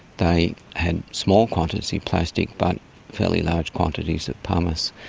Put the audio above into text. they had small quantities of plastic, but fairly large quantities of pumice.